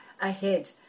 ahead